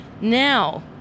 Now